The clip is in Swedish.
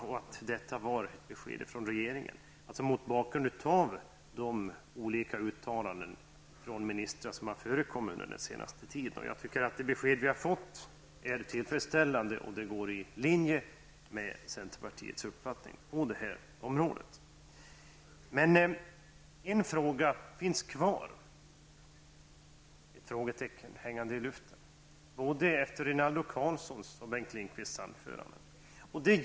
Jag ville ha ett besked från regeringen mot bakgrund av de olika uttalanden från ministrar som kommit under den senaste tiden. Jag tycker att det besked vi fått är tillfredsställande och går i linje med centerpartiets uppfattning på detta område. Men en fråga finns kvar, ett frågetecken hängande i luften, både efter Rinaldo Karlssons inlägg och Bengt Lindqvists anförande.